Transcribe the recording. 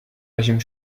régime